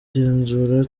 igenzura